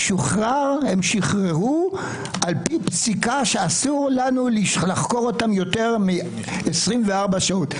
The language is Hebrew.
הם שיחררו לפי פסיקה שאסור לנו לחקור אותם יותר מ-24 שעות.